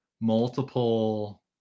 multiple